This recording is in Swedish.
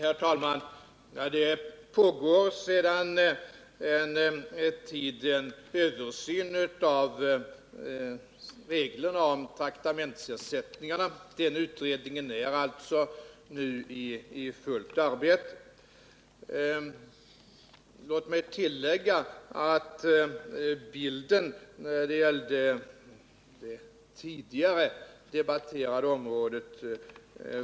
Herr talman! Det pågår sedan en tid en översyn av reglerna för traktamentsersättningar. Den utredningen är alltså nu i fullt arbete. Låt mig tillägga att bilden när det gällde det tidigare debatterade området